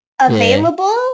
available